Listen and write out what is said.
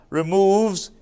removes